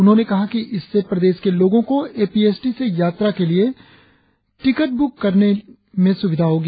उन्होंने कहा कि इससे प्रदेश के लोगो को ए पी एस टी से यात्रा के लिए टिकट ब्रक करने के लिए सुविधा होगी